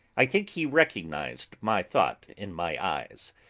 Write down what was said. i think he recognised my thought in my eyes,